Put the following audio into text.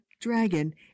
dragon